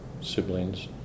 siblings